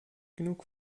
genug